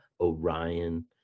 Orion